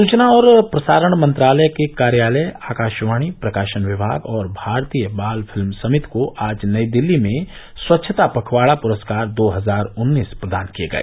सूचना और प्रसारण मंत्रालय के कार्यालय आकाशवाणी प्रकाशन विभाग और भारतीय बाल फिल्म समिति को आज नई दिल्ली में स्वच्छता पखवाड़ा पुरस्कार दो हजार उन्नीस प्रदान किए गए